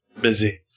busy